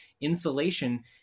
insulation